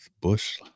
Bush